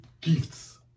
gifts